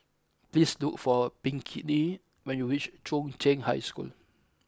please look for Pinkney when you reach Chung Cheng High School